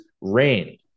rain